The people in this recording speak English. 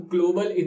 Global